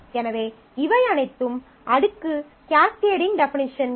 எனவே இவை அனைத்தும் அடுக்கு கேஸ்கேடிங் டெஃபனிஷன்கள்